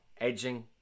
edging